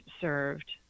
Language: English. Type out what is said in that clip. served